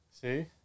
See